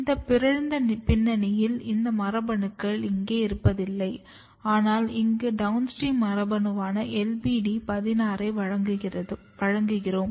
இந்த பிறழ்ந்த பின்னணியில் இந்த மரபணுக்கள் இங்கே இருப்பதில்லை ஆனால் இங்கு டௌன்ஸ்ட்ரீம் மரபணுவான LBD 16ஐ வழங்குகிறோம்